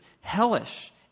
hellish